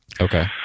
Okay